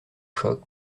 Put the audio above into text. choc